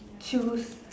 Jews